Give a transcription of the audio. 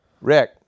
Rick